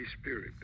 Spirit